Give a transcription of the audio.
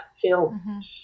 film